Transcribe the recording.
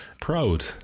proud